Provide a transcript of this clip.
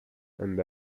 and